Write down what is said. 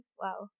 wow